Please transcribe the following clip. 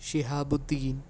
Shihabuddin